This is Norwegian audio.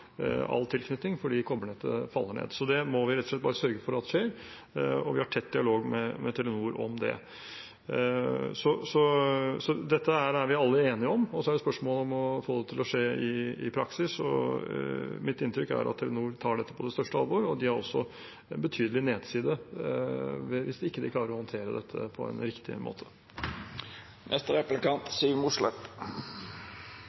all tilknytning fordi kobbernettet faller ut. Det må vi rett og slett bare sørge for ikke skjer, og vi har tett dialog med Telenor om det. Dette er vi alle enige om. Så er det et spørsmål om å få det til i praksis, og mitt inntrykk er at Telenor tar dette på det største alvor, og de har også en betydelig nedside hvis de ikke klarer å håndtere dette på en riktig måte.